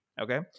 Okay